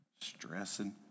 Stressing